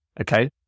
Okay